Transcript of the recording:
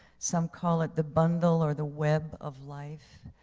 some call it the bundle or the web of life.